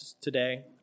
today